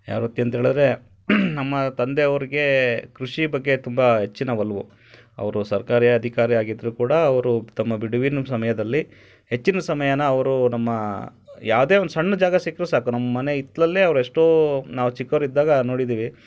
ಯಾವ ವೃತ್ತಿ ಅಂತ ಹೇಳಿದ್ರೆ ನಮ್ಮ ತಂದೆ ಅವರಿಗೆ ಕೃಷಿ ಬಗ್ಗೆ ತುಂಬ ಹೆಚ್ಚಿನ ಒಲವು ಅವರು ಸರಕಾರಿ ಅಧಿಕಾರಿಯಾಗಿದ್ದರೂ ಕೂಡ ಅವರು ತಮ್ಮ ಬಿಡುವಿನ ಸಮಯದಲ್ಲಿ ಹೆಚ್ಚಿನ್ ಸಮಯಾನ ಅವರು ನಮ್ಮ ಯಾವ್ದೇ ಒಂದು ಸಣ್ಣ ಜಾಗ ಸಿಕ್ಕರೂ ಸಾಕು ನಮ್ಮ ಮನೆ ಹಿತ್ಲಲ್ಲೇ ಅವ್ರು ಎಷ್ಟೋ ನಾವು ಚಿಕ್ಕೋರಿದ್ದಾಗ ನೋಡಿದ್ದೀವಿ